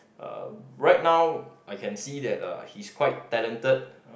uh right now I can see that uh he's quite talented